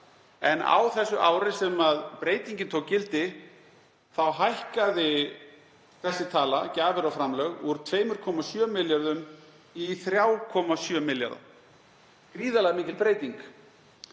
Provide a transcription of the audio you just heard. en á því ári sem breytingin tók gildi þá hækkaði þessi tala, gjafir og framlög, úr 2,7 milljörðum í 3,7 milljarða, gríðarlega mikil breyting.